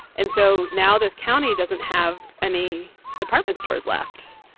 and so now this county doesn't have any department stores left.